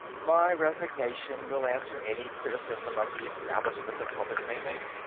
my resignation will answer any criticism of the establishment the public may make,